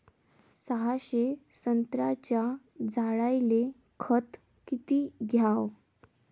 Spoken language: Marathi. सहाशे संत्र्याच्या झाडायले खत किती घ्याव?